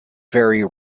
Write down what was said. very